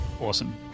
Awesome